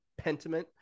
Pentiment